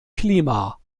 klima